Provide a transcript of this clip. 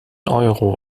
euro